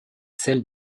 celle